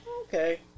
okay